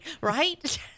right